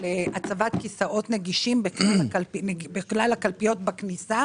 הצבת כיסאות נגישים בכלל הקלפיות בכניסה